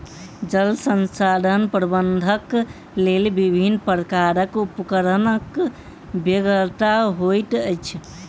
जल संसाधन प्रबंधनक लेल विभिन्न प्रकारक उपकरणक बेगरता होइत अछि